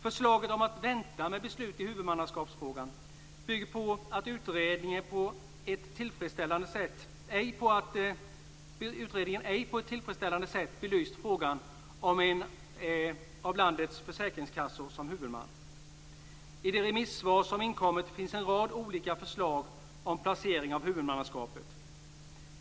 Förslaget om att vänta med beslut i frågan om huvudmannaskap bygger på att utredningen ej på ett tillfredsställande sätt belyst frågan om en av landets försäkringskassor som huvudman. I de remissvar som har kommit in finns en rad olika förslag om placering av huvudmannaskapet.